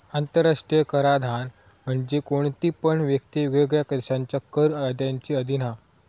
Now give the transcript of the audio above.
आंतराष्ट्रीय कराधान म्हणजे कोणती पण व्यक्ती वेगवेगळ्या देशांच्या कर कायद्यांच्या अधीन हा